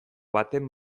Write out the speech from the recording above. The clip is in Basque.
baten